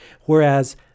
whereas